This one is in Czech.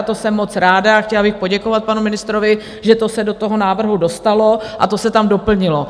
To jsem moc ráda, chtěla bych poděkovat panu ministrovi, že se to do toho návrhu dostalo a to se tam doplnilo.